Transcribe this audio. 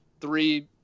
three